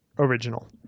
original